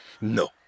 No